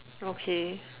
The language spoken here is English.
okay